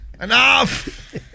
Enough